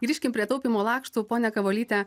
grįžkim prie taupymo lakštų ponia kavolyte